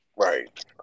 Right